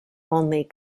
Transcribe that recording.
only